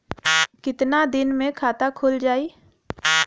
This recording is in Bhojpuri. कितना दिन मे खाता खुल जाई?